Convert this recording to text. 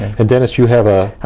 and dennis, you have a,